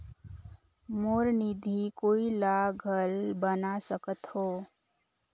मोर निधि कोई ला घल बना सकत हो?